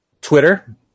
Twitter